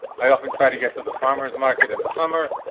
i often try to get to the farmers market in the summer.